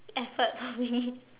effort for me